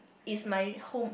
is my home